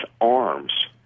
arms